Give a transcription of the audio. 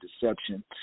deception